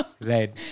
Right